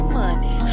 money